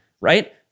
right